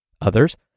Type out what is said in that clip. Others